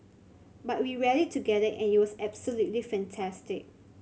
but we rallied together and it was absolutely fantastic